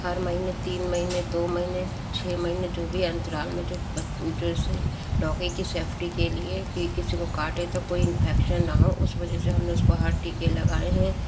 हर महीने तीन महीने दो महीने छ महीने जो भी अंतराल में जो उसे डॉगी की सेफ्टी के लिए की किसी को काटे तो कोई इंफेक्शन ना हो उस वजह से हमने उसको हर टीके लगाए हैं